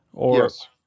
Yes